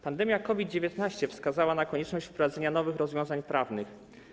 Pandemia COVID-19 wskazała na konieczność wprowadzenia nowych rozwiązań prawnych.